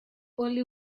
only